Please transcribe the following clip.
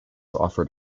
offered